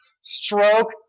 stroke